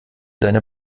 deine